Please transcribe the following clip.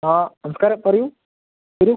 ആ നമസ്കാരം പറയൂ വരൂ